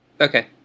Okay